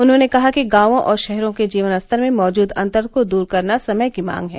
उन्होंने कहा कि गांवों और शहरों के जीवन स्तर में मौजूद अन्तर को दूर करना समय की मांग है